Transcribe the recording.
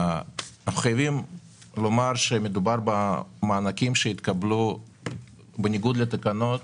חייבים לומר שמדובר במענקים שהתקבלו בניגוד לתקנות,